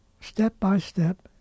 step-by-step